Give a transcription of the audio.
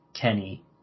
Kenny